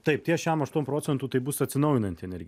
taip tie šiam aštuoniasdešim procentų tai bus atsinaujinanti energija